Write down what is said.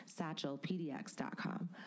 satchelpdx.com